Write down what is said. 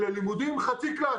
אלא לימודים חצי קלאץ'.